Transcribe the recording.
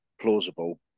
plausible